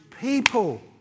people